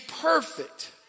perfect